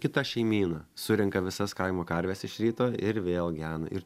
kita šeimyna surenka visas kaimo karves iš ryto ir vėl gena ir